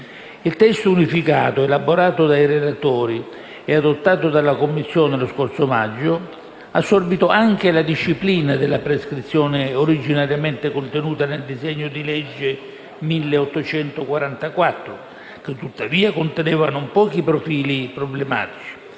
Il testo unificato, elaborato dai relatori e adottato dalla Commissione lo scorso maggio, ha assorbito anche la disciplina della prescrizione, originariamente contenuta nel disegno di legge n. 1844, che tuttavia conteneva non pochi profili problematici.